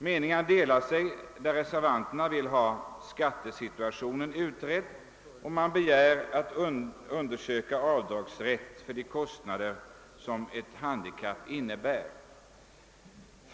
Meningarna delar sig när reservanterna vill ha skattesituationen utredd och begär undersökning om avdragsrätten för de kostnader som ett handikapp medför.